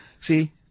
See